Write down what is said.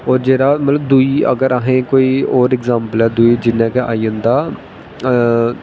ओह् जेह्ड़ा मतलब दूई अगर अहें कोई होर अग्जैंपल ऐ दुई जियां कि आई जंदा